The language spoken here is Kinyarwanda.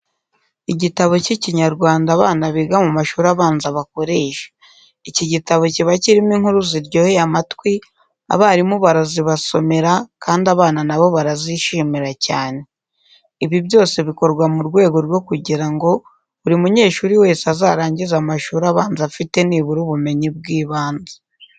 Igitabo cy'Ikinyarwanda abana biga mu mashuri abanza bakoresha. Iki gitabo kiba kirimo inkuru ziryoheye amatwi, abarimu barazibasomera kandi abana na bo barazishimira cyane. Ibi byose bikorwa mu rwego rwo kugira ngo buri munyeshuri wese azarangize amashuri abanza afite nibura ubumenyi bw'ibanze.